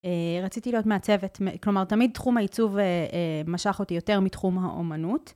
רציתי להיות מעצבת, כלומר תמיד תחום העיצוב משך אותי יותר מתחום האומנות.